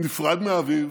נפרד מאביו